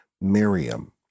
Miriam